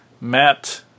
Matt